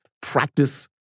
practice